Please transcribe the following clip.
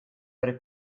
per